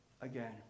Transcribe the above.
again